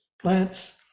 plants